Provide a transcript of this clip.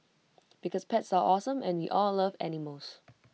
because pets are awesome and we all love animals